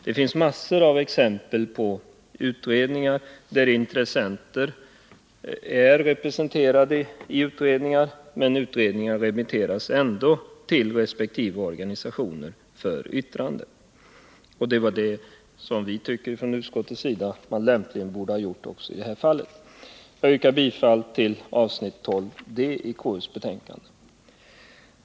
Det finns massor av exempel på utredningar där intressenter är representerade men där betänkandet ändå remitteras till resp. organisationer för yttrande. Och det var det som vi från utskottets sida tyckte att man lämpligen borde ha gjort i det här fallet. Jag yrkar bifall till konstitutionsutskottets förslag under avsnitt 12 d i betänkandet.